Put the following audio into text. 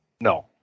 No